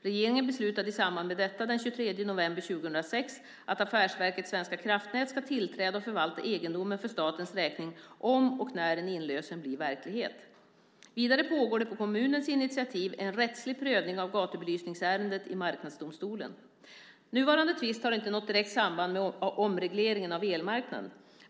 Regeringen beslutade i samband med detta, den 23 november 2006, att Affärsverket svenska kraftnät ska tillträda och förvalta egendomen för statens räkning om och när en inlösen blir verklighet. Vidare pågår det på kommunens initiativ en rättslig prövning av gatubelysningsärendet i Marknadsdomstolen. Nuvarande tvist har inte något direkt samband med omregleringen av elmarknaden.